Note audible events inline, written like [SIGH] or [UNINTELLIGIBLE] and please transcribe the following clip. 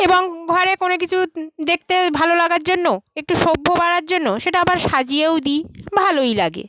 এবং ঘরে কোনো কিছু দেখতে ভালো লাগার জন্য একটু সভ্য [UNINTELLIGIBLE] জন্য সেটা আবার সাজিয়েও দিই ভালোই লাগে